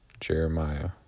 Jeremiah